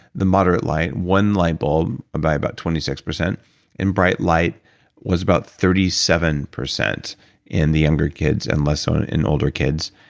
the moderate light, one light bulb, by about twenty six percent and bright light was about thirty seven percent in the younger kids and less so in older older kids.